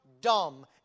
dumb